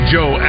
Joe